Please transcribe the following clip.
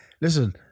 listen